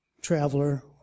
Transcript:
traveler